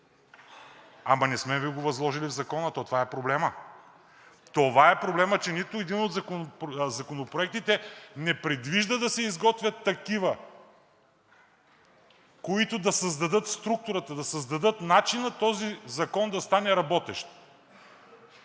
Ама не сме Ви го възложили в Закона, то това е проблемът. Това е проблемът, че нито един от законопроектите не предвижда да се изготвят такива, които да създадат структурата, да създадат начина този закон да стане работещ.